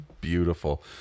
beautiful